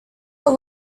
was